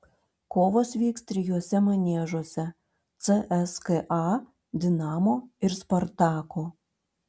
kovos vyks trijuose maniežuose cska dinamo ir spartako